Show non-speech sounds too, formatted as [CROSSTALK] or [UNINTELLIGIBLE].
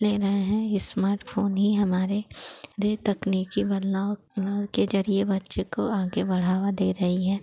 ले रहे हैं इस्मार्टफ़ोन ही हमारे यह तकनीकी बदलाव [UNINTELLIGIBLE] के ज़रिए बच्चे को आगे बढ़ावा दे रहा है